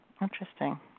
Interesting